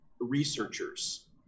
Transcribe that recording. researchers